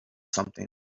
something